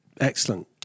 Excellent